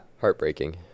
Heartbreaking